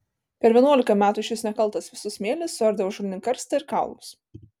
per vienuolika metų šis nekaltas vėsus smėlis suardė ąžuolinį karstą ir kaulus